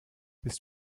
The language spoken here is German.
bist